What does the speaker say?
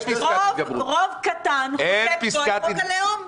רוב קטן חוקק פה את חוק הלאום.